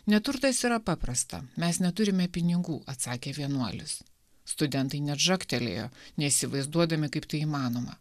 neturtas yra paprasta mes neturime pinigų atsakė vienuolis studentai net žagtelėjo neįsivaizduodami kaip tai įmanoma